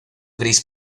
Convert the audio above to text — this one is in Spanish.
gris